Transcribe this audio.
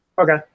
Okay